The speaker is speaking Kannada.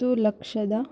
ತ್ತು ಲಕ್ಷದ